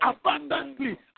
abundantly